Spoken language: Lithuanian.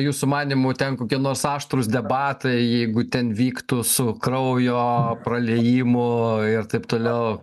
jūsų manymu ten kokie nors aštrūs debatai jeigu ten vyktų su kraujo praliejimu ir taip toliau